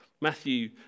Matthew